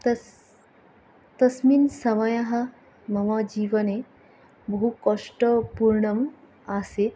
तस् तस्मिन् समये मम जीवने बहुकष्टपूर्णम् आसीत्